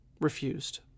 refused